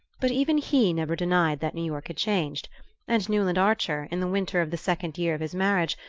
but even he never denied that new york had changed and newland archer, in the winter of the second year of his marriage,